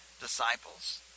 disciples